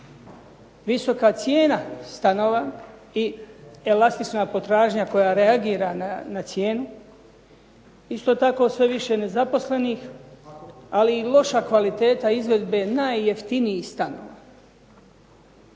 visoka cijena stanova i elastična potražnja koja reagira na cijenu. Isto tako, sve više nezaposlenih ali i loša kvaliteta izvedbe najjeftinijih stanova.